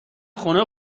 خونه